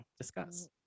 discuss